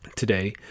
Today